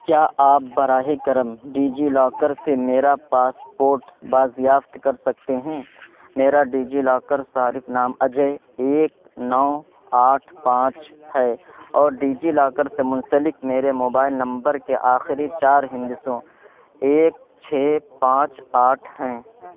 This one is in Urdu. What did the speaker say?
کیا آپ براہ کرم ڈیجی لاکر سے میرا پاسپورٹ بازیافت کر سکتے ہیں میرا ڈیجی لاکر صارف نام اجے ایک نو آٹھ پانچ ہے اور ڈیجی لاکر سے منسلک میرے موبائل نمبر کے آخری چار ہندسوں ایک چھ پانچ آٹھ ہیں